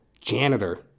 Janitor